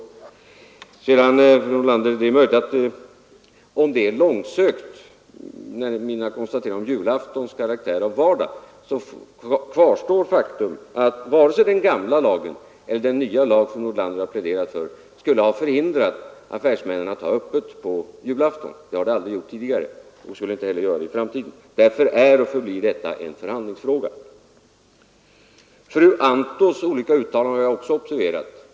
Till fru Nordlander vill jag säga att det är möjligt att det är långsökt med mina konstateranden om julaftons karaktär av vardag. Men faktum kvarstår att varken den gamla lagen eller den nya, som fru Nordlander pläderar för, skulle ha förhindrat affärsmännen att ha öppet på julafton. Det har lagen aldrig gjort tidigare, och det kommer den inte heller att göra i framtiden. Därför är och förblir detta en förhandlingsfråga. Fru Antos olika uttalanden har jag också observerat.